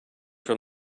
from